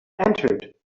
entered